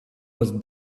was